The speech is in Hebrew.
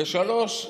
שלוש,